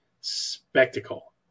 spectacle